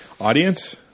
Audience